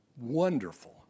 wonderful